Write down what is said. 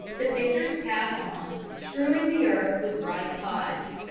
the pickers pass on, strewing the earth with ripe pods.